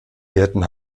hirten